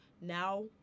now